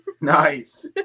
Nice